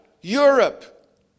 Europe